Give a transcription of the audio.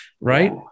right